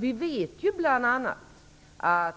Vi vet ju bl.a. att